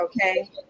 okay